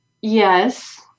Yes